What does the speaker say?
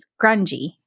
grungy